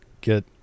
get